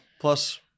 Plus